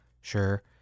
Sure